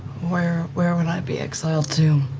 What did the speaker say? where where would i be exiled to?